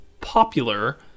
popular